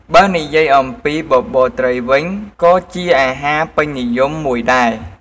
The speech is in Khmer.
បើនិយាយអំពីបបរត្រីវិញ ក៏ជាអាហារពេញនិយមមួយដែរ។